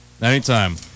Anytime